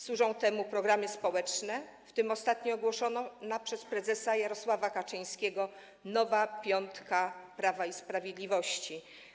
Służą temu programy społeczne, w tym ostatnio ogłoszona przez prezesa Jarosława Kaczyńskiego nowa piątka Prawa i Sprawiedliwości.